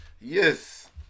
yes